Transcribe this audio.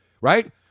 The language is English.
right